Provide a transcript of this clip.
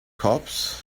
cops